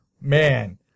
man